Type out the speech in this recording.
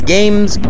Games